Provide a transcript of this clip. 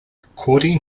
according